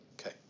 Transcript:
Okay